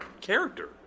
character